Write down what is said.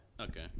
okay